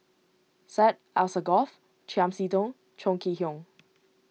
Syed Alsagoff Chiam See Tong Chong Kee Hiong